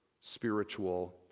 spiritual